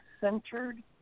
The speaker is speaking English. centered